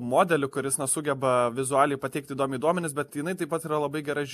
modelį kuris na sugeba vizualiai pateikti įdomiai duomenis bet jinai taip pat yra labai gerai